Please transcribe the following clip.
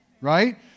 Right